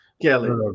Kelly